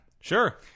Sure